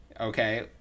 okay